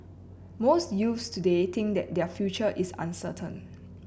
most youths today think that their future is uncertain